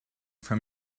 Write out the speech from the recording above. from